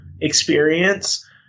experience